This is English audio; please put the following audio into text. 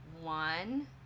One